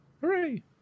hooray